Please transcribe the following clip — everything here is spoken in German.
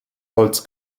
holz